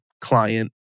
client